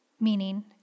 meaning